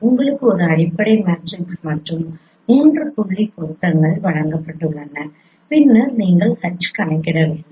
உங்களுக்கு ஒரு அடிப்படை மேட்ரிக்ஸ் மற்றும் 3 புள்ளி பொருத்தங்கள் வழங்கப்பட்டுள்ளன பின்னர் நீங்கள் H கணக்கிட வேண்டும்